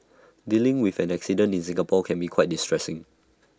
dealing with an accident in Singapore can be quite distressing